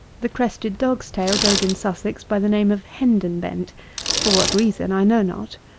the crested dog's-tail goes, in sussex, by the name of hendonbent for what reason i know not.